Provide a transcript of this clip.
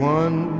one